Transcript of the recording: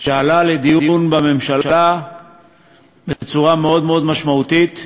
שעלה לדיון בממשלה בצורה מאוד מאוד משמעותית,